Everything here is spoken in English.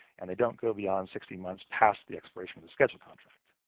and they don't go beyond sixteen months past the expiration of the schedule contract.